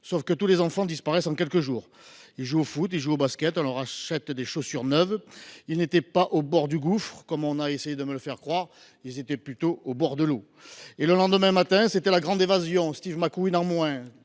près que tous les enfants disparaissent en quelques jours… Ils jouent au foot ou au basket ; on leur achète des chaussures neuves. Ceux que j’ai vus n’étaient pas au bord du gouffre, comme on a voulu me le faire croire. Ils étaient plutôt au bord de l’eau ! Et, le lendemain matin, c’était la grande évasion, Steve McQueen en moins…